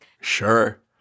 Sure